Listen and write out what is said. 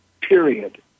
period